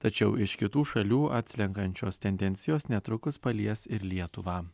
tačiau iš kitų šalių atslenkančios tendencijos netrukus palies ir lietuvą